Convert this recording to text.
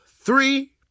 three